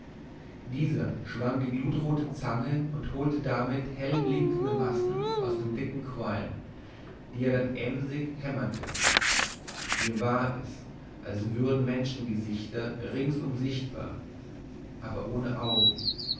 dieser schwang die glutrote zange und holte damit hellblinkende massen aus dem dicken qualm die er dann emsig hämmerte mir war es als würden menschengesichter ringsumher sichtbar aber ohne augen